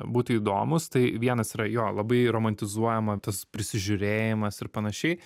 būti įdomūs tai vienas yra jo labai romantizuojama tas prisižiūrėjimas ir panašiai